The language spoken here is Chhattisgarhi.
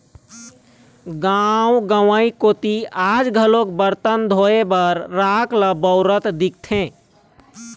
गाँव गंवई कोती आज घलोक बरतन धोए बर राख ल बउरत दिखथे